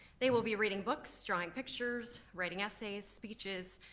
they will be reading books, drawing pictures, writing essays, speeches,